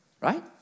right